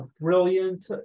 brilliant